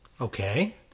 Okay